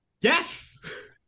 Yes